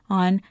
on